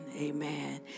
Amen